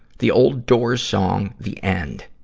the old doors song, the end.